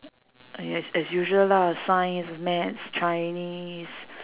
yes as usual lah science maths chinese